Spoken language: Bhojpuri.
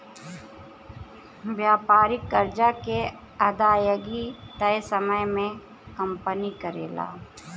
व्यापारिक कर्जा के अदायगी तय समय में कंपनी करेले